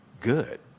good